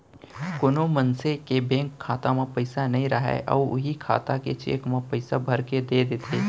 कोनो मनसे ह बेंक खाता म पइसा नइ राहय अउ उहीं खाता के चेक म पइसा भरके दे देथे